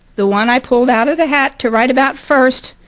the one i pulled out of the hat to write about first